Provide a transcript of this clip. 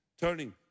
turning